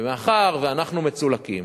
ומאחר שאנחנו מצולקים,